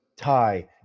thai